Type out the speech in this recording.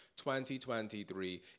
2023